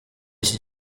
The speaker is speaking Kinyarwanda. iki